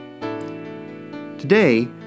Today